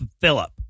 Philip